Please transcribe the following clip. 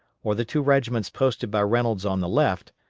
or the two regiments posted by reynolds on the left,